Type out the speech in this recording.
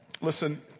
listen